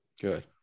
Good